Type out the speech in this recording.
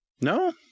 No